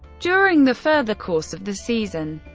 during the further course of the season,